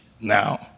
now